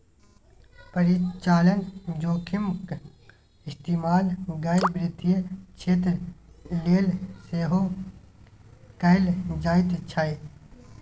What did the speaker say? परिचालन जोखिमक इस्तेमाल गैर वित्तीय क्षेत्र लेल सेहो कैल जाइत छै